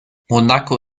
monaco